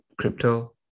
crypto